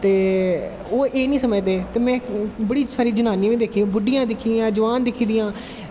ते ओह् एह् नी समझदे ते में बड़ी सारियां जनानियां बी दिक्खियां बुड्ढियां बी दिक्खियां जोआन दिक्खी दियां